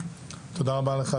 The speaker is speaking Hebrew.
תודה רבה לך,